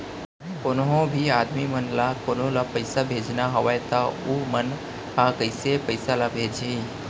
कोन्हों भी आदमी मन ला कोनो ला पइसा भेजना हवय त उ मन ह कइसे पइसा ला भेजही?